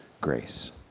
grace